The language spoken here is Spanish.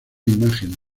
imagen